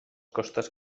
costes